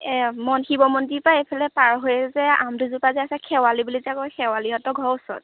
মন শিৱ মন্দিৰৰপৰা এইফালে পাৰ হৈয়ে যে আম দুযোপা যে আছে শেৱালি বুলি যে কয় শেৱালিহঁতৰ ঘৰৰ ওচৰত